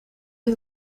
het